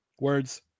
Words